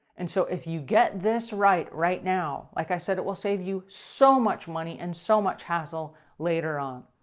and so if you get this right, right now, like i said, it will save you so much money and so much hassle later on.